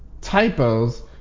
typos